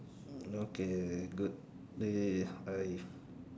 okay good eh I